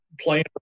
playing